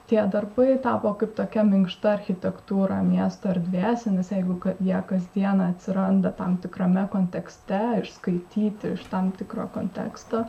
tie darbai tapo kaip tokia minkšta architektūra miesto erdvėse nes jeigu jie kasdieną atsiranda tam tikrame kontekste išskaityti iš tam tikro konteksto